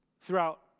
throughout